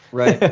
right.